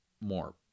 more